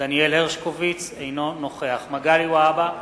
דניאל הרשקוביץ, אינו נוכח מגלי והבה,